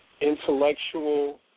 intellectual